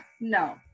no